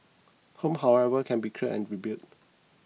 homes however can be cleared and rebuilt